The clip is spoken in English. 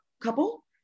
couple